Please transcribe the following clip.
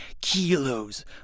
kilos